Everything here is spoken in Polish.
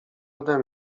ode